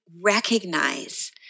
recognize